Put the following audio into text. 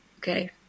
Okay